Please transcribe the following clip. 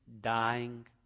dying